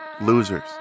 losers